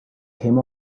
came